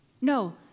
No